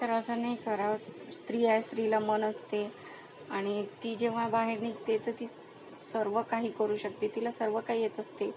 तर असं नाही करावं स्त्री आहे स्त्रीला मन असते आणि ती जेव्हा बाहेर निघते तर ती सर्व काही करू शकते तिला सर्व काही येत असते